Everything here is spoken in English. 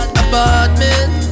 apartment